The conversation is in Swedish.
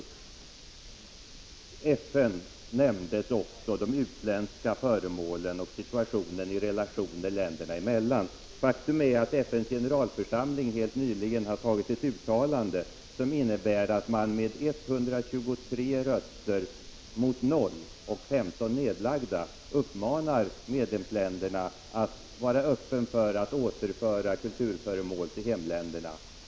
Sylvia Pettersson tog även upp de utländska föremålen och relationerna länder emellan. Faktum är att FN:s generalförsamling helt nyligen antagit ett uttalande som innebär att man med 123 röster mot 0 och 15 nedlagda uppmanar medlemsländerna att vara öppna för att återföra kulturföremål till hemländerna.